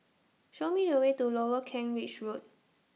Show Me The Way to Lower Kent Ridge Road